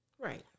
Right